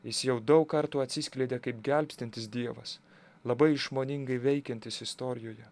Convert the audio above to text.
jis jau daug kartų atsiskleidė kaip gelbstintis dievas labai išmoningai veikiantis istorijoje